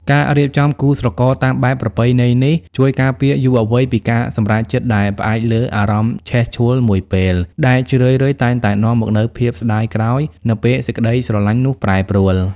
ការរៀបចំគូស្រករតាមបែបប្រពៃណីនេះ ជួយការពារយុវវ័យពីការសម្រេចចិត្តដែលផ្អែកលើ "អារម្មណ៍ឆេះឆួលមួយពេល" ដែលជារឿយៗតែងតែនាំមកនូវភាពស្ដាយក្រោយនៅពេលសេចក្ដីស្រឡាញ់នោះប្រែប្រួល។